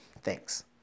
Thanks